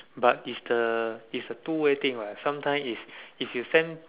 but is the is a two way thing what sometime is if you send